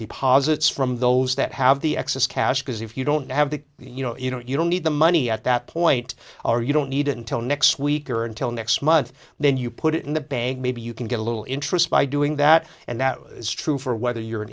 deposits from those that have the excess cash because if you don't have that you know you know you don't need the money at that point are you don't need until next week or until next month then you put it in the bag maybe you can get a little interest by doing that and that is true for whether you're an